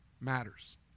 matters